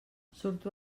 surto